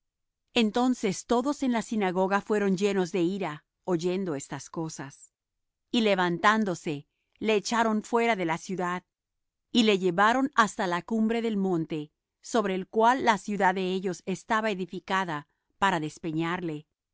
entonces todos en la sinagoga fueron llenos de ira oyendo estas cosas y levantándose le echaron fuera de la ciudad y le llevaron hasta la cumbre del monte sobre el cual la ciudad de ellos estaba edificada para despeñarle